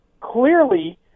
clearly